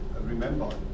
remember